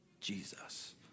Jesus